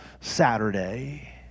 Saturday